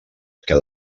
que